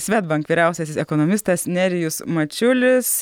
svedbank vyriausiasis ekonomistas nerijus mačiulis